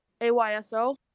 AYSO